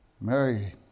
Mary